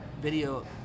video